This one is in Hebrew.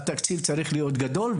לדעתי צריך שם תקציב גדול יותר,